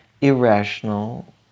irrational